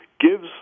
gives